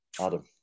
Adam